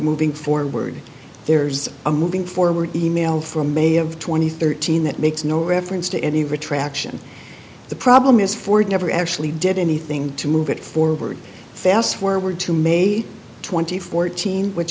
moving forward there's a moving forward e mail from may have twenty thirteen that makes no reference to any retraction the problem is ford never actually did anything to move it forward fast forward to may twenty fourth teen which